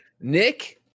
nick